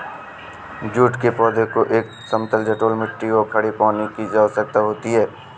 jute के पौधे को एक समतल जलोढ़ मिट्टी और खड़े पानी की आवश्यकता होती है